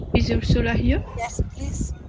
is ursula here? yes please.